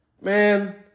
Man